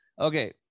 Okay